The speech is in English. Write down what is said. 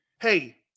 hey